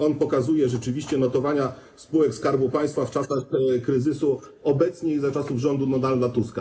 On pokazuje rzeczywiście notowania spółek Skarbu Państwa w czasach kryzysu obecnie i za czasów rządów Donalda Tuska.